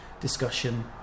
discussion